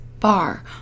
bar